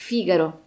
Figaro